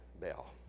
Bell